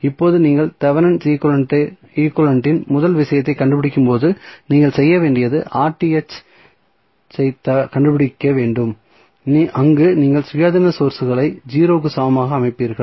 இப்போது நீங்கள் Thevenin equivalent இன் முதல் விஷயத்தைக் கண்டுபிடிக்கும்போது நீங்கள் செய்ய வேண்டியது ஐ கண்டுபிடிக்க வேண்டும் அங்கு நீங்கள் சுயாதீன சோர்ஸ்களை 0 க்கு சமமாக அமைப்பீர்கள்